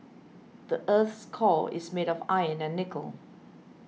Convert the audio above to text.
the earth's core is made of iron and nickel